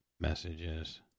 Messages